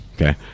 Okay